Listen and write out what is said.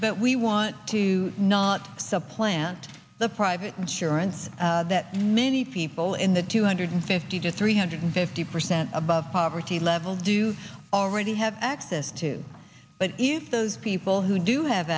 but we want to not supplant the private insurance that many people in the two hundred fifty to three hundred fifty percent above poverty level do already have access to but if those people who do have